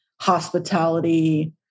hospitality